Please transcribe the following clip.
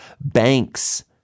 banks—